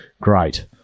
great